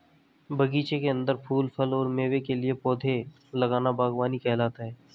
बगीचे के अंदर फूल, फल और मेवे के लिए पौधे लगाना बगवानी कहलाता है